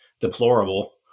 deplorable